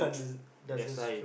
that's why